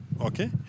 okay